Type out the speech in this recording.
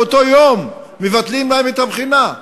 באותו יום מבטלים להם את הבחינה.